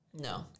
No